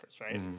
right